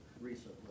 recently